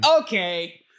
Okay